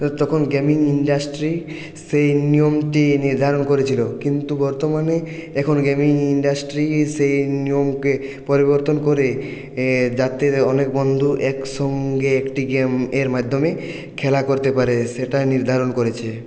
তখন gaming industry সেই নিয়মটি নির্ধারণ করেছিলো কিন্তু বর্তমানে এখন গেমিং ইন্ডাস্ট্রি সেই নিয়মকে পরিবর্তন করে যাতে অনেক বন্ধু একসঙ্গে একটি গেমের মাধ্যমে খেলা করতে পারে সেটা নির্ধারণ করেছে